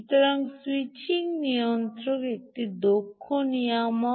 সুতরাং স্যুইচিং নিয়ন্ত্রক একটি দক্ষ নিয়ামক